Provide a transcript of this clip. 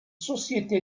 société